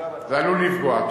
זה עלול לפגוע.